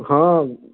हँ हँ